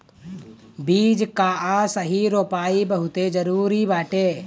बीज कअ सही रोपाई बहुते जरुरी बाटे